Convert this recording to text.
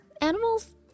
animals